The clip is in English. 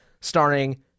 starring